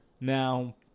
now